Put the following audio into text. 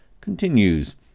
continues